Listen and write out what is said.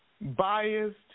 biased